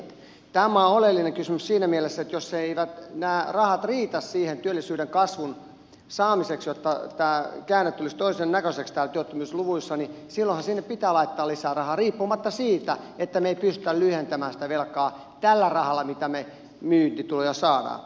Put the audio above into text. tämä on oleellinen kysymys siinä mielessä että jos eivät nämä rahat riitä sen työllisyyden kasvun saamiseksi jotta tämä käänne tulisi toisennäköiseksi täällä työttömyysluvuissa niin silloinhan sinne pitää laittaa lisää rahaa riippumatta siitä että me emme pysty lyhentämään sitä velkaa tällä rahalla mitä me myyntituloja saamme